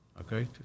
Okay